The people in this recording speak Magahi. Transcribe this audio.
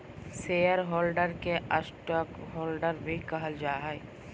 शेयर होल्डर के स्टॉकहोल्डर भी कहल जा हइ